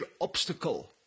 obstacle